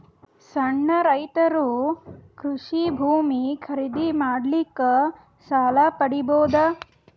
ಸಣ್ಣ ರೈತರು ಕೃಷಿ ಭೂಮಿ ಖರೀದಿ ಮಾಡ್ಲಿಕ್ಕ ಸಾಲ ಪಡಿಬೋದ?